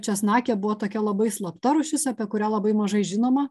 česnakė buvo tokia labai slapta rūšis apie kurią labai mažai žinoma